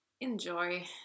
enjoy